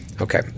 okay